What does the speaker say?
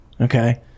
okay